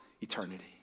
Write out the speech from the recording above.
eternity